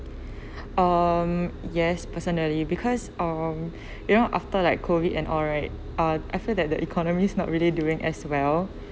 um yes personally because um you know after like COVID and all right uh I feel that the economy is not really doing as well